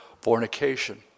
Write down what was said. fornication